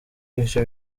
ivyo